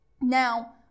now